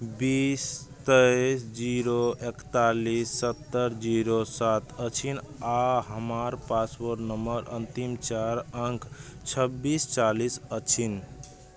बीस तेइस जीरो एकतालीस सत्तरि जीरो सात अछि आ हमर पासपोर्ट नम्बर अन्तिम चारि अंक छब्बीस चालीस अछि